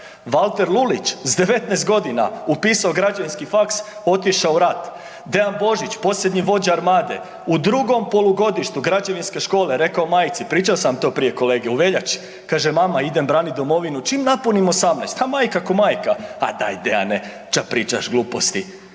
Valter Lulić s 19 godina upisao Građevinski faks otišao u rat, Dean Božić posljednji vođa Armade, u drugom polugodištu Građevinske škole, rekao majci, pričao sam to prije kolege u veljači, kaže mama idem branit domovinu čim napunim 18, a majka ko majka, ma daj Deane ća pričaš gluposti.